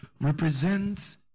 represents